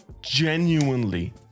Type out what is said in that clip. genuinely